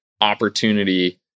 opportunity